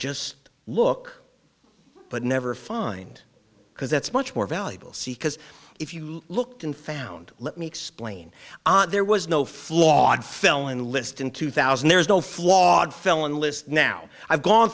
just look but never find because that's much more valuable see cause if you looked and found let me explain there was no flawed felon list in two thousand there's no flawed felon list now i've gone